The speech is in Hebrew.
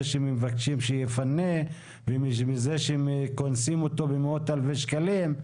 שמבקשים שיפנה ומזה שקונסים אותו במאות אלפי שקלים,